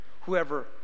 whoever